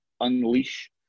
unleash